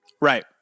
Right